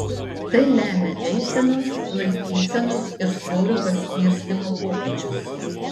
tai lemia eisenos laikysenos ir svorio paskirstymo pokyčius